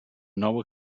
nou